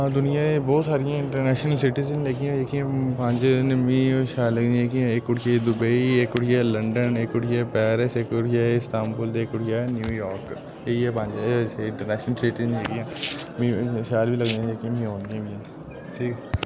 दुनिया च बोह्त सारियां इंटरनैशनल सिटीज़ न लेकिन जेह्कियां पंज न मी शैल लगदियां लेकिन जेह्कियां इक उठी आई दुबेई इक उठी आई लंडन इक उठी गेआ पैरिस इक उठी आई साम्बुल इक उठी आई न्यू योरक इ'यै पंज इंटरनैशनल सिटीज़ जेह्कियां मी शैल बी लगदियां ते जेह्कियां मी ओंदियां बी हैन ठीक